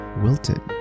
wilted